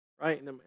Right